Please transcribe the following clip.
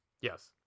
Yes